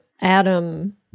Adam